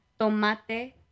Tomate